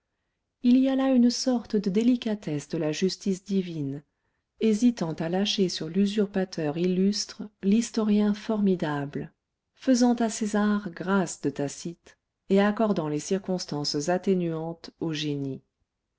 il y a là une sorte de délicatesse de la justice divine hésitant à lâcher sur l'usurpateur illustre l'historien formidable faisant à césar grâce de tacite et accordant les circonstances atténuantes au génie